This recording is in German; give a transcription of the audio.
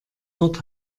dort